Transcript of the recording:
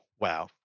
wow